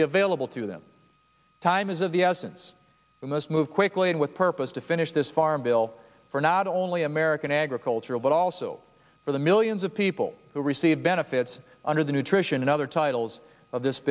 be available to the time is of the essence we must move quickly and with purpose to finish this farm bill for not only american agriculture but also for the millions of people who receive benefits under the nutrition and other titles of this